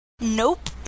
Nope